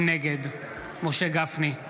נגד משה גפני,